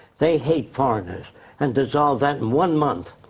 they hate foreigners and dissolved that in one month.